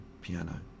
piano